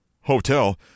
Hotel